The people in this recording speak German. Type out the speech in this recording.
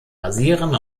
basieren